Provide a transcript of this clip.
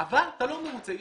אנחנו עוד לא יודעים.